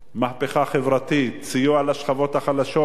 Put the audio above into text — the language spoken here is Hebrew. מהפכה חברתית, סיוע לשכבות החלשות,